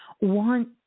want